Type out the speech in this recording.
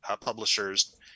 publishers